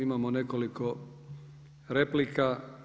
Imamo nekoliko replika.